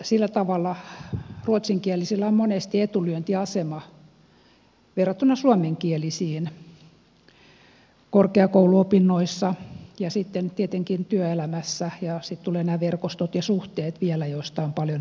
sillä tavalla ruotsinkielisillä on monesti etulyöntiasema verrattuna suomenkielisiin korkeakouluopinnoissa ja sitten tietenkin työelämässä ja sitten tulevat nämä verkostot ja suhteet vielä joista on paljon hyötyä